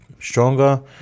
stronger